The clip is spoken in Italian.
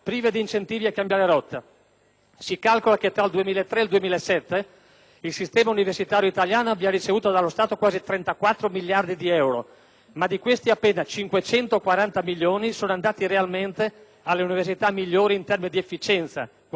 Si calcola che, tra il 2003 e il 2007, il sistema universitario italiano abbia ricevuto dallo Stato quasi 34 miliardi di euro, ma di questi appena 540 milioni sono andati realmente alle università migliori in termini di efficienza, qualità e assenza di sprechi.